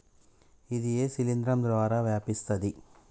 ఇది ఏ శిలింద్రం ద్వారా వ్యాపిస్తది?